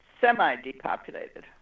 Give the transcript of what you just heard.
semi-depopulated